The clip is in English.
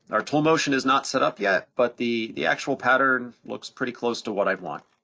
our tool motion is not set up yet, but the the actual pattern looks pretty close to what i'd want.